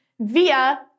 via